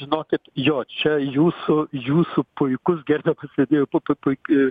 žinokit jo čia jūsų jūsų puikus gerbiamas vedėjau būtų pui į